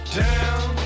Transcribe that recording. down